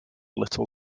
little